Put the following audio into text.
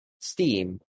Steam